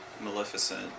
Maleficent